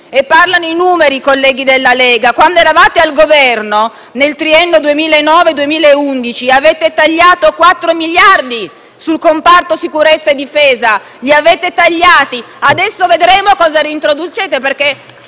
Parlano i numeri, colleghi della Lega. Quando eravate al Governo nel triennio 2009-2011 avete tagliato 4 miliardi sul comparto sicurezza e difesa. Li avete tagliati. Adesso vedremo cosa reintroducete, perché